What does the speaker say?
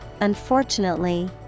unfortunately